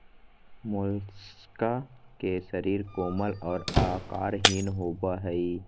Mollusca के शरीर कोमल और आकारहीन होबय हइ